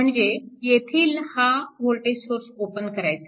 म्हणजे येथील हा वोल्टेज सोर्स ओपन करायचा